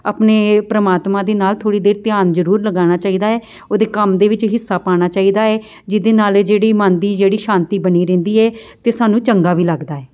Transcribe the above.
ਆਪਣੇ ਪਰਮਾਤਮਾ ਦੇ ਨਾਲ ਥੋੜ੍ਹੀ ਦੇਰ ਧਿਆਨ ਜ਼ਰੂਰ ਲਗਾਉਣਾ ਚਾਹੀਦਾ ਹੈ ਉਹਦੇ ਕੰਮ ਦੇ ਵਿੱਚ ਹਿੱਸਾ ਪਾਉਣਾ ਚਾਹੀਦਾ ਏ ਜਿਹਦੇ ਨਾਲ ਇਹ ਜਿਹੜੀ ਮਨ ਦੀ ਜਿਹੜੀ ਸ਼ਾਂਤੀ ਬਣੀ ਰਹਿੰਦੀ ਏ ਅਤੇ ਸਾਨੂੰ ਚੰਗਾ ਵੀ ਲੱਗਦਾ ਹੈ